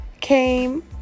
came